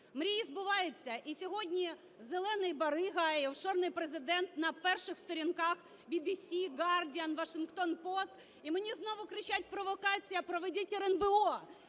Мрії збуваються. І сьогодні "зелений барига" і "офшорний" Президент на перших сторінках ВВС, Guardian, Washington Post. І мені знову кричать: провокація, проведіть РНБО